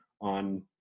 on